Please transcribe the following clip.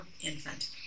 infant